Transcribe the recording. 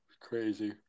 crazy